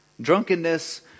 Drunkenness